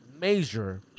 major